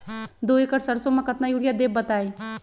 दो एकड़ सरसो म केतना यूरिया देब बताई?